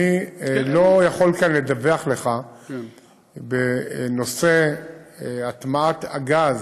אני לא יכול כאן לדווח לך בנושא הטמעת הגז